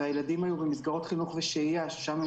והילדים היו במסגרות חינוך ושהייה שבהן הם